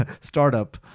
startup